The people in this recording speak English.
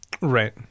Right